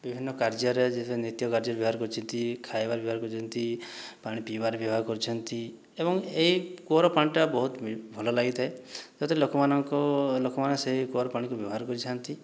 ବିଭିନ୍ନ କାର୍ଯ୍ୟରେ ଯେ ଯେମିତି ନିତ୍ୟ କାର୍ଯ୍ୟରେ ବ୍ୟବହାର କରୁଛନ୍ତି ଖାଇବାରେ ବ୍ୟବହାର କରୁଛନ୍ତି ପାଣି ପିଇବାରେ ବ୍ୟବହାର କରୁଛନ୍ତି ଏବଂ ଏହି କୂଅର ପାଣିଟା ବହୁତ ଭଲ ଲାଗିଥାଏ ହୁଏତ ଲୋକମାନଙ୍କ ଲୋକମାନେ ସେହି କୂଅର ପାଣିକୁ ବ୍ୟବହାର କରିଥାନ୍ତି